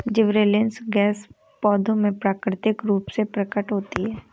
gibberellins gas पौधों में प्राकृतिक रूप से प्रकट होती है